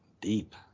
deep